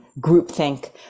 groupthink